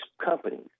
companies